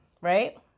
right